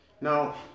Now